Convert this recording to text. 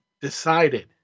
decided